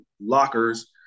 lockers